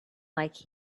like